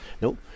nope